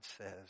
says